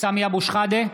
סמי אבו שחאדה,